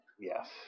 Yes